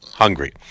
Hungry